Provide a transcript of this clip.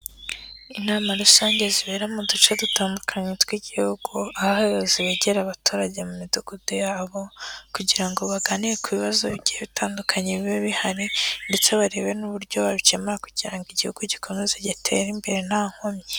Inama rusange zibera mu duce dutandukanye tw'igihugu, aho abayobozi begera abaturage mu midugudu yabo kugira ngo baganire ku bibazo bigiye bitandukanye biba bihari ndetse barebe n'uburyo babikemura kugira ngo igihugu gikomeze gitere imbere nta nkomyi.